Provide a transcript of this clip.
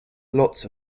lots